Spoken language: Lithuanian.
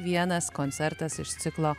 vienas koncertas iš ciklo